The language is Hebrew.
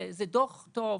זה דוח טוב.